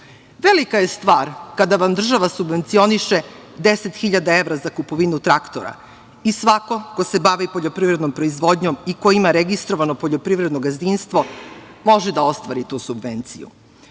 mašina. Velika je stvar kada vam država subvencioniše 10.000 evra za kupovinu traktora i svako ko se bavi poljoprivrednom proizvodnjom i koji ima registrovano poljoprivredno gazdinstvo može da ostvari tu subvenciju. Nisu